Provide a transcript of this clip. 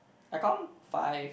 I count five